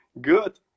good